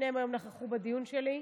ששניהם נכחו היום בדיון אצלי,